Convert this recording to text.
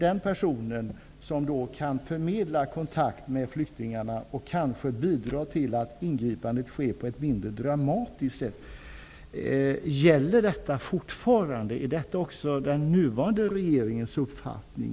Den personen får då förmedla kontakt med flyktingarna och kan kanske bidra till att ingripandet sker på ett mindre dramatiskt sätt. Gäller detta fortfarande? Är detta också den nuvarande regeringens uppfattning?